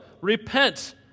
Repent